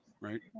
right